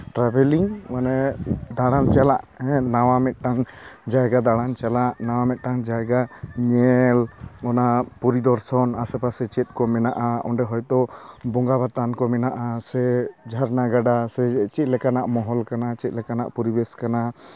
ᱴᱨᱟᱵᱷᱮᱞᱤᱝ ᱢᱟᱱᱮ ᱫᱟᱬᱟᱱ ᱪᱟᱞᱟᱜ ᱱᱟᱣᱟ ᱢᱤᱫᱴᱟᱱ ᱡᱟᱭᱜᱟ ᱫᱟᱬᱟᱱ ᱪᱟᱞᱟᱜ ᱱᱟᱣᱟ ᱢᱤᱫᱴᱟᱝ ᱡᱟᱭᱜᱟ ᱧᱮᱞ ᱚᱱᱟ ᱯᱚᱨᱤᱫᱚᱨᱥᱚᱱ ᱟᱥᱮ ᱯᱟᱥᱮ ᱪᱮᱫ ᱠᱚ ᱢᱮᱱᱟᱜᱼᱟ ᱚᱚᱰᱮ ᱦᱚᱭᱛᱳ ᱵᱚᱸᱜᱟ ᱵᱟᱛᱷᱟᱱ ᱠᱚ ᱢᱮᱱᱟᱜᱼᱟ ᱥᱮ ᱡᱷᱟᱨᱱᱟ ᱜᱟᱰᱟ ᱥᱮ ᱪᱮᱫ ᱞᱮᱠᱟᱱᱟᱜ ᱢᱚᱦᱚᱞ ᱠᱟᱱᱟ ᱪᱮᱫ ᱞᱮᱠᱟᱱᱟᱜ ᱯᱚᱨᱤᱵᱮᱥ ᱠᱟᱱᱟ